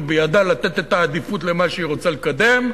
ובידה לתת את העדיפות למה שהיא רוצה לקדם,